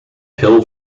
pill